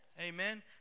Amen